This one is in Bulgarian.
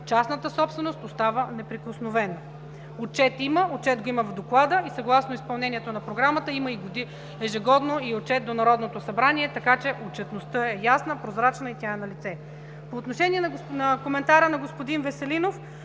частната собственост остава неприкосновена. Отчет има, отчет има в доклада и съгласно изпълнението на Програмата ежегодно има отчет до Народното събрание. Отчетността е ясна, прозрачна и е налице. По отношение на коментара на господин Веселинов.